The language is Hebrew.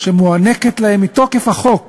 שמוענקת להם מתוקף החוק